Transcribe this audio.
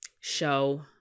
show